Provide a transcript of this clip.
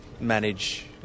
manage